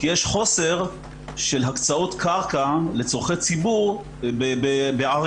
כי יש חוסר של הקצאות קרקע לצורכי ציבור בערים.